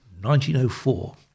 1904